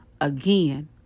again